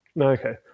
okay